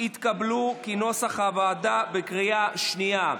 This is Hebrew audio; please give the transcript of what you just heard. כנוסח הוועדה, התקבלו בקריאה שנייה.